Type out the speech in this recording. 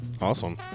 Awesome